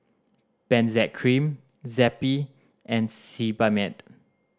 Benzac Cream Zappy and Sebamed